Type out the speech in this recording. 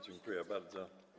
Dziękuję bardzo.